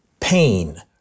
pain